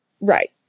Right